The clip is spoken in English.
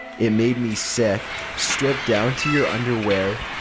it made me sick strip down to your underwear.